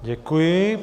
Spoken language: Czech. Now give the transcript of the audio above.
Děkuji.